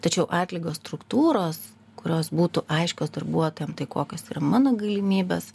tačiau atlygio struktūros kurios būtų aiškios darbuotojam tai kokios yra mano galimybės